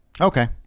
Okay